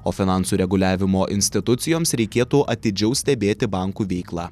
o finansų reguliavimo institucijoms reikėtų atidžiau stebėti bankų veiklą